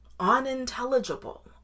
unintelligible